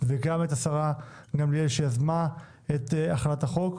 וגם את השרה גמליאל שיזמה את החלת החוק.